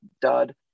dud